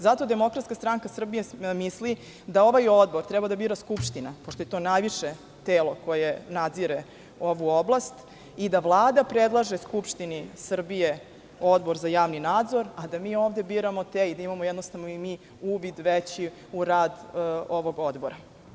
Zato DSS misli da ovaj odbor treba da bira Skupština, pošto je to najviše telo koje nadzire ovu oblast i da Vlada predlaže Skupštini Srbije Odbor za javni nadzor, a da mi ovde biramo te i da imamo i mi veći uvid u rad ovog odbora.